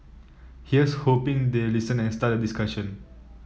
here's hoping they listen and start a discussion